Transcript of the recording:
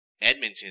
Edmonton